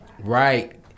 Right